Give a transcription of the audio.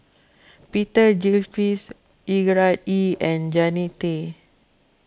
Peter Gilchrist Gerard Ee and Jannie Tay